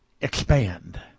expand